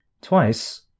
Twice